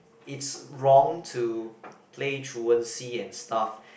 it's wrong to play truancy and stuff